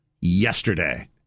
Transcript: yesterday